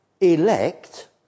elect